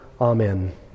Amen